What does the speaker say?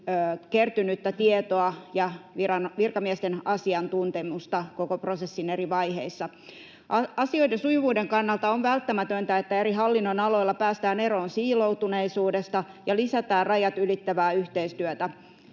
kertynyttä tietoa ja virkamiesten asiantuntemusta koko prosessin eri vaiheissa. Asioiden sujuvuuden kannalta on välttämätöntä, että eri hallinnon-aloilla päästään eroon siiloutuneisuudesta ja lisätään rajat ylittävää yhteistyötä.